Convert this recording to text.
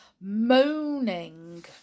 moaning